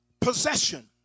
possession